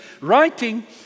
writing